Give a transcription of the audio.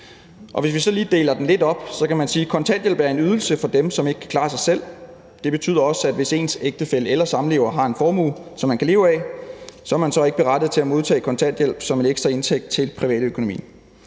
Hvis vi så deler den lidt op, kan man sige, at kontanthjælp er en ydelse for dem, der ikke kan klare sig selv, og det betyder også, at hvis ens ægtefælle eller samlever har en formue, som man kan leve af, er man ikke berettiget til at modtage kontanthjælp som en ekstra indtægt til privatøkonomien.